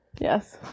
yes